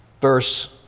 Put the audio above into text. verse